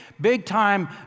big-time